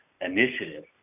initiative